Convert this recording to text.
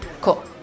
cool